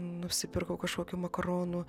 nusipirkau kažkokių makaronų